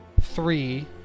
three